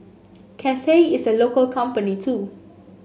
Cathay is a local company too